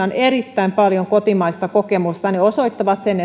on erittäin paljon kotimaista kokemusta ne osoittavat sen